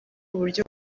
uburyo